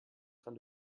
train